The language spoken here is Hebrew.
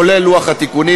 כולל לוח התיקונים,